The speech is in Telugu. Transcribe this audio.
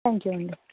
త్యాంక్ యూ అండి